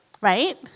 Right